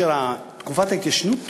תקופת ההתיישנות